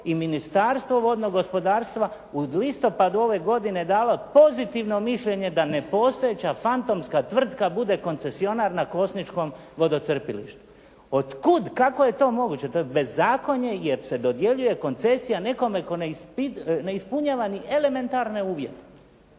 i Ministarstvo vodnog gospodarstva u listopadu ove godine dalo pozitivno mišljenje da nepostojeća fantomska tvrtka bude koncesionar na Kosničkom vodocrpilištu. Od kud? Kako je to moguće? To je bezakonje, jer se dodjeljuje koncesija nekome tko ne ispunjava ni elementarne uvjete